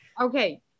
Okay